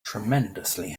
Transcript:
tremendously